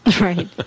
Right